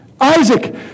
Isaac